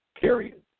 period